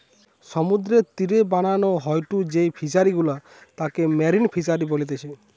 সমুদ্রের তীরে বানানো হয়ঢু যেই ফিশারি গুলা তাকে মেরিন ফিসারী বলতিচ্ছে